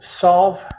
solve